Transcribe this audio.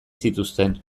zituzten